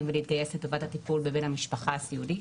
ולהתגייס לטובת הטיפול בבן המשפחה הסיעודי.